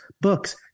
Books